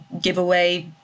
giveaway